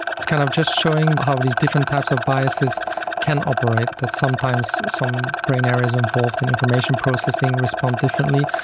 it's kind of just showing how these different types of biases can operate, that sometimes some brain areas involved in information processing respond differently.